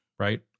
right